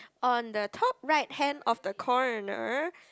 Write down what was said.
on the top right hand of the corner